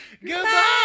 goodbye